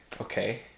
okay